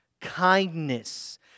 kindness